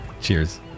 Cheers